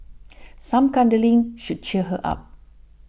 some cuddling should cheer her up